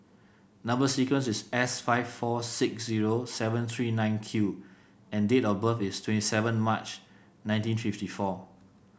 number sequence is S five four six zero seven three nine Q and date of birth is twenty seven March nineteen fifty four